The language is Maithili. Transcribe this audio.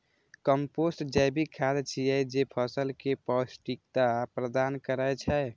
कंपोस्ट जैविक खाद छियै, जे फसल कें पौष्टिकता प्रदान करै छै